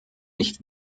nicht